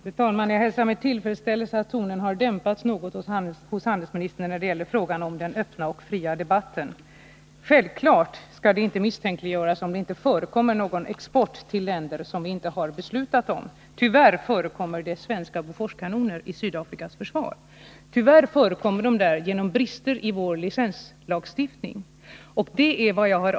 Fru talman! Jag hälsar med tillfredsställelse att tonen har dämpats något hos handelsministern när det gäller frågan om den öppna och fria debatten. Självfallet skall det inte misstänkliggöras, om det inte förekommer någon export till länder som vi inte har beslutat om. Tyvärr förekommer det svenska Boforskanoner i Sydafrikas försvar. Tyvärr förekommer de där på grund av brister i vår lagstiftning där licenstillverkning inte regleras.